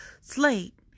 slate